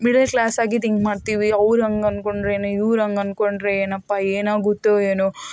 middle ಕ್ಲಾಸಾಗಿ think ಮಾಡ್ತೀವಿ ಅವರು ಹಾಗಂದ್ಕೊಂಡ್ರೇನೋ ಇವರು ಹಾಗಂದ್ಕೊಂಡ್ರೇನಪ್ಪಾ ಏನಾಗುತ್ತೋ ಏನೋ